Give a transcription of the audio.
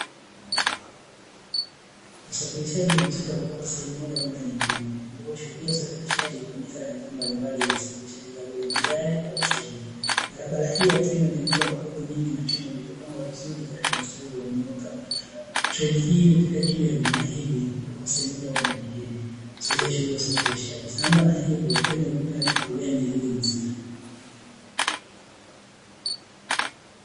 Husafirishaji husisha kutoka sehemu moja kwenda nyingine ambayo hushuhudia usafirishaji hufanyika na aina mbalimbali ya usafirishaji kama vile magari au treni, barabara hii ya treni hutengenezwa kwa kokoto nyingi na chumba kilicho pangwa vizuri katika mstari ulionyooka. Treni hii hupita juu ya vyuma hivi kutoka sehemu moja kwenda nyingine husaidia shughuli ya usafirishaji samba na hivyo treni hutimika katika kubebea mizigo mizito.